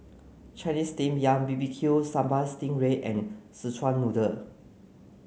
Chinese steamed yam B B Q sambal sting ray and Szechuan noodle